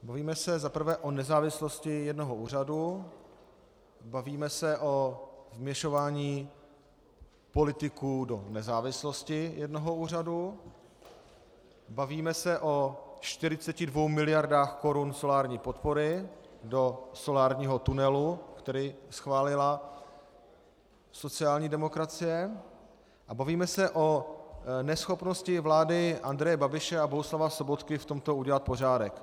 Bavíme se za prvé o nezávislosti jednoho úřadu, bavíme se o vměšování politiků do nezávislosti jednoho úřadu, bavíme se o 42 mld. korun solární podpory do solárního tunelu, který schválila sociální demokracie, a bavíme se o neschopnosti vlády Andreje Babiše a Bohuslava Sobotky v tomto udělat pořádek.